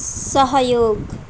सहयोग